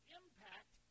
impact